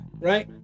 Right